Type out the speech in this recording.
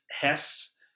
Hess